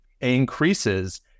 increases